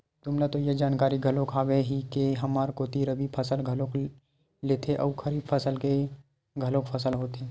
तुमला तो ये जानकारी घलोक हावे ही के हमर कोती रबि फसल घलोक लेथे अउ खरीफ के घलोक फसल होथे